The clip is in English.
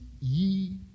ye